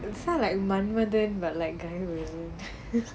that's why like manmadhan but like guy always